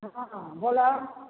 हँ बोलो